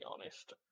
honest